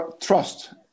trust